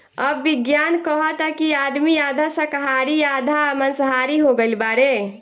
अब विज्ञान कहता कि आदमी आधा शाकाहारी आ आधा माँसाहारी हो गईल बाड़े